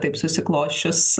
taip susiklosčius